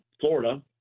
Florida